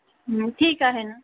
ठीक आहे ना